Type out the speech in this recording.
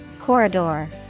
corridor